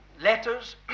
letters